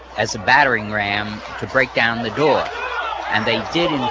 as a battering ram to break down the door and they did, in